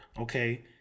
okay